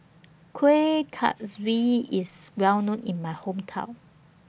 Kuih Kaswi IS Well known in My Hometown